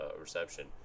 reception